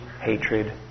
hatred